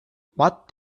what